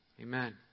Amen